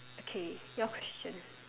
okay your question